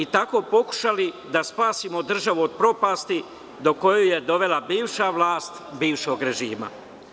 Tako bismo pokušali da spasimo državu od propasti do koje je dovela bivša vlast bivšeg režima.